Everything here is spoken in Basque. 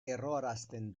erroarazten